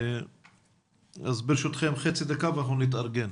אז ברשותכם נתארגן.